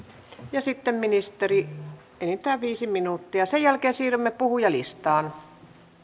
ja sitten ministeri enintään viisi minuuttia sen jälkeen siirrymme puhujalistaan